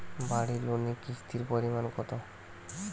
বাড়ি লোনে কিস্তির পরিমাণ কত?